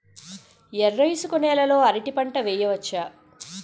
ఎర్ర ఇసుక నేల లో అరటి పంట వెయ్యచ్చా?